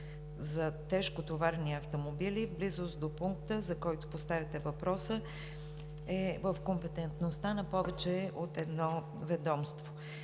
за тежкотоварни автомобили в близост до пункта, за който поставяте въпроса, е в компетентността на повече от едно ведомство.